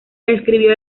escribió